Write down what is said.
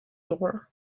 door